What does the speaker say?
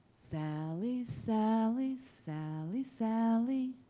sally, sally, sally, sally.